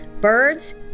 birds